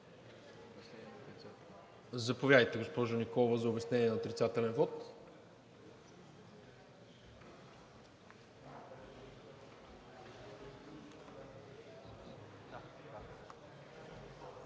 Заповядайте, госпожо Николова, за обяснение на отрицателен вот.